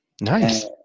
Nice